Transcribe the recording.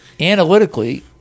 analytically